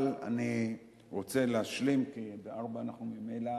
אבל אני רוצה להשלים, כי ב-16:00 אנחנו ממילא